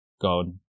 God